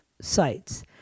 sites